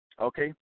okay